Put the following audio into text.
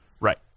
Right